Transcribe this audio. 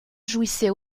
jouissait